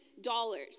dollars